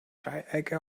dreiecke